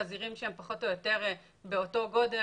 חזירים שהם פחות או יותר באותו גודל,